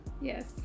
Yes